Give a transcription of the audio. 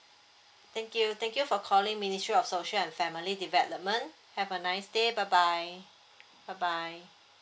thank you thank you for calling ministry of social and family development have a nice day bye bye bye bye